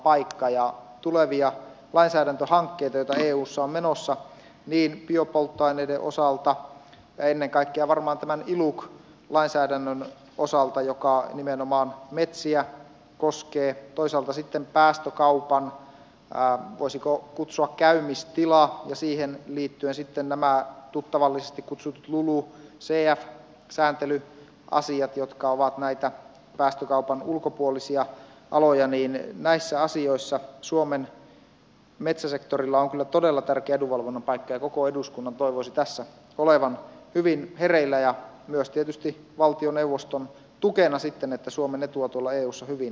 tulevissa lainsäädäntöhankkeissa joita eussa on menossa niin biopolttoaineiden osalta ja ennen kaikkea varmaan tämän iluc lainsäädännön osalta joka nimenomaan metsiä koskee toisaalta sitten päästökaupan voisiko kutsua käymistilassa ja siihen liittyen sitten näissä tuttavallisesti kutsutuissa lulucf sääntelyasioissa jotka ovat näitä päästökaupan ulkopuolisia aloja niin näissä asioissa suomen metsäsektorilla on kyllä todella tärkeä edunvalvonnan paikka ja koko eduskunnan toivoisi tässä olevan hyvin hereillä ja myös tietysti valtioneuvoston tukena sitten että suomen etua tuolla eussa hyvin valvotaan